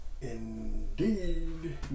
Indeed